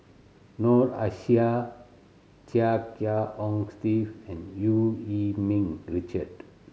Noor Aishah Chia Kiah Hong Steve and Eu Yee Ming Richard